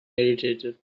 irritated